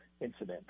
incident